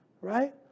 Right